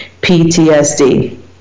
PTSD